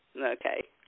Okay